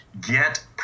get